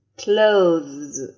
clothes